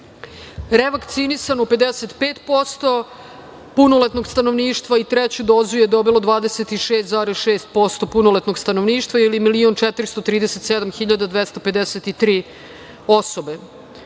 Revakcinisano 55% punoletnog stanovništva i treću dozu je primilo 26,6% punoletnog stanovništva ili 1.437.253 osobe. Ono